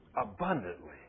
abundantly